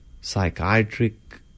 psychiatric